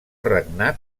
regnat